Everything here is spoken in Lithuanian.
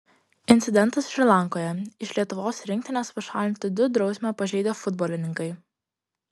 incidentas šri lankoje iš lietuvos rinktinės pašalinti du drausmę pažeidę futbolininkai